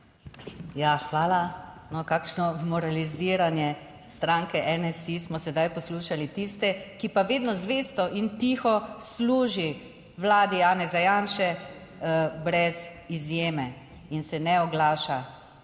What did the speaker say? Ja, hvala. No, kakšno moraliziranje stranke NSi smo sedaj poslušali tiste, ki pa vedno zvesto in tiho služi vladi Janeza Janše brez izjeme in se ne oglaša,